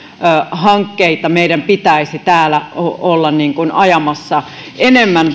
hankkeita meidän pitäisi täällä olla ajamassa enemmän